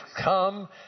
come